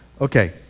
Okay